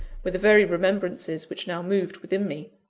were the very remembrances which now moved within me.